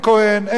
אין ישראל,